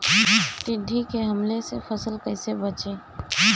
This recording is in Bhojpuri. टिड्डी के हमले से फसल कइसे बची?